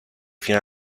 fino